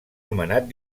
nomenat